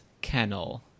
kennel